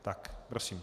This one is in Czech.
Tak prosím.